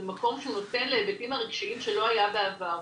זה מקום שנותן להיבטים הרגשיים, שלא היה בעבר.